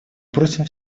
просим